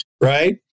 right